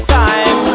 time